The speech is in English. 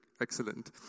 Excellent